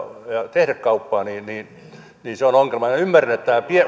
tehdä kauppaa niin niin se on ongelma ymmärrän